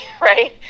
right